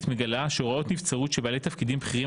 מגלה שהוראות נבצרות של בעלי תפקידים בכירים